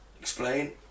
explain